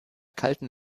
kalten